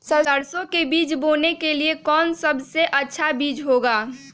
सरसो के बीज बोने के लिए कौन सबसे अच्छा बीज होगा?